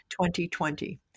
2020